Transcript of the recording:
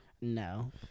No